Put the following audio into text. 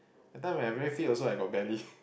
that time when I very fit also I got belly